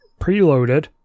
preloaded